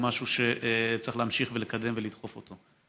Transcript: משהו שצריך להמשיך ולקדם ולדחוף אותו.